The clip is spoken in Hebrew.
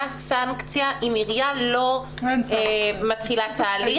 מה הסנקציה אם עירייה לא מתחילה תהליך?